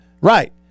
right